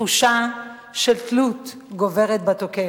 ומתחושה של תלות גוברת בתוקף.